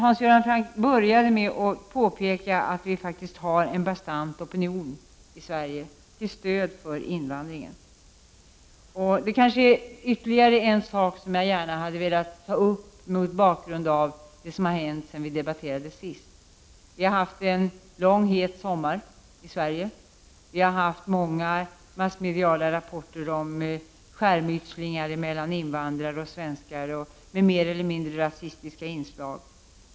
Hans Göran Franck började med att påpeka att vi faktiskt har en bastant opinion i Sverige till stöd för invandringen. Det är ytterligare något som jag vill ta upp mot bakgrund av det som har hänt sedan vi senast diskuterade dessa frågor. Vi har haft en lång och het sommar i Sverige, med många massmediala rapporter om skärmytslingar mellan invandrare och svenskar, med mer eller mindre rasistiska inslag.